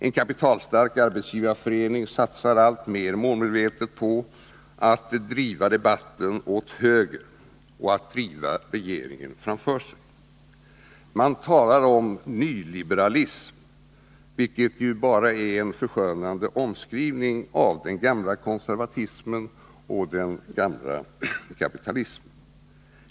En kapitalstark arbetsgivareförening satsar alltmer målmedvetet på att driva debatten åt höger och att driva regeringen framför sig. Man talar om ”nyliberalism”, vilket bara är en förskönande omskrivning för den gamla konservatismen och den gamla Nr 29 kapitalismen.